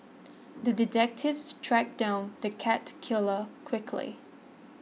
the detective tracked down the cat killer quickly